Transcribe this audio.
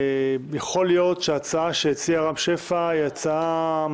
יכול להיות שההצעה של רם שפע מרחיקת